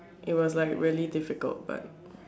it was like really difficult but